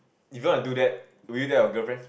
if you want to do that will you tell your girlfriend